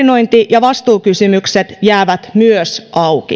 ja vastuukysymykset jäävät myös auki samoin mittavaa lisätyötä